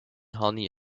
honey